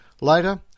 Later